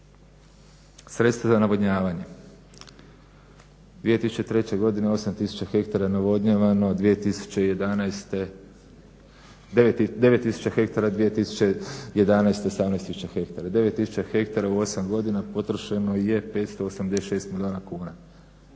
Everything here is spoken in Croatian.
Sredstva za navodnjavanje - 2003. godine 8 tisuća hektara navodnjavano, 2011. 9 tisuća hektara, 2011. 18 tisuća hektara. 9 tisuća hektara u osam godina potrošeno je 586 milijuna kuna.